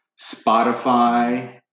Spotify